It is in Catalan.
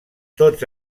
tots